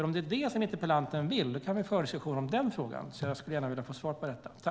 Om det är det som interpellanten vill kan vi föra en diskussion om den frågan. Jag skulle därför gärna vilja få svar på detta.